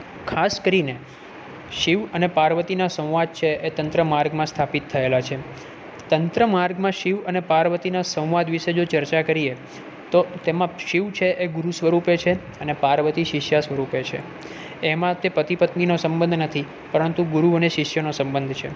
ખાસ કરીને શિવ અને પાર્વતીના સંવાદ છે એ તંત્ર માર્ગમાં સ્થાપિત થએલા છે તંત્ર માર્ગમાં શિવ અને પાર્વતીના સંવાદ વિષે જો ચર્ચા કરીએ તો તેમાં શિવ છે એ ગુરુ સ્વરૂપે છે અને પાર્વતી શિષ્યા સ્વરૂપે છે એમાં તે પતિ પત્નીનો સબંધ નથી પરંતુ ગુરુ અને શિષ્યનો સંબધ છે